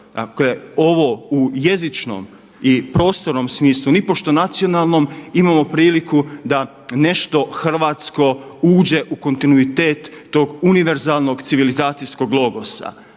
dakle ovo u jezičnom i prostornom smislu nipošto nacionalnom imamo priliku da nešto hrvatsko uđe u kontinuitet tog univerzalnog civilizacijskog logosa,